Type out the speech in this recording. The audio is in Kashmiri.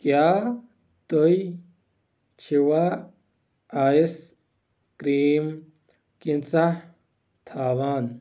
کیٛاہ تُہۍ چھِوا آیِس کرٛیٖم کیژاہ تھاوان